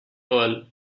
earl